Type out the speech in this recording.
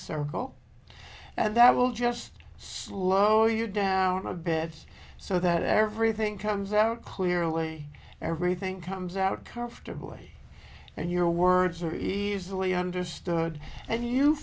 circle that will just slow you down a bit so that everything comes out clearly everything comes out comfortably and your words are easily understood and you